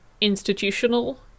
institutional